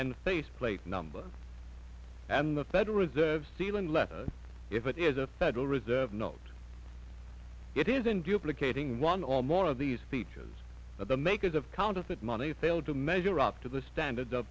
and face plate number and the federal reserve seal unless if it is a federal reserve note it isn't duplicating one or more of these features but the makers of counterfeit money failed to measure up to the standards of